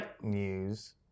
news